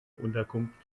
unterkunft